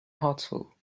hartsville